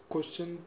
Question